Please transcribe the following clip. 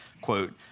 Quote